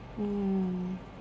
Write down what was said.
mm